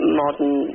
modern